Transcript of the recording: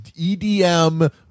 EDM